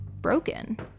broken